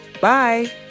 Bye